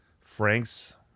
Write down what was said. Franks